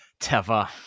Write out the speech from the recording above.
Teva